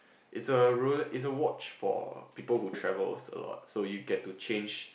it's a Rolex it's a watch for people who travels a lot so you get to change